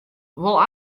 wol